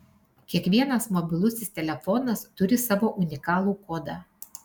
kiekvienas mobilusis telefonas turi savo unikalų kodą